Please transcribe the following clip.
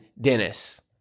Dennis